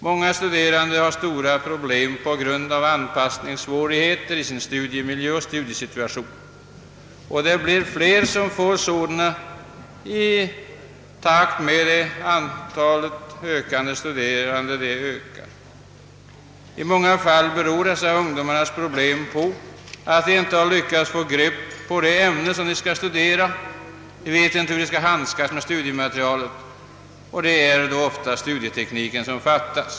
Många stu derande har stora problem på grund av anpassningssvårigheter i sin studiemiljö och studiesituation, och det blir allt flera som får sådana svårigheter i takt med att antalet studerande ökar. I många fall beror dessa ungdomars problem på att de inte har lyckats få grepp om det ämne de skall studera. De vet inte hur de skall handskas med studiematerialet, och det är då ofta studietekniken som fattas.